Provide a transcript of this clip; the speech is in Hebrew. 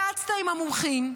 לא התייעצת עם המומחים.